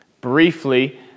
briefly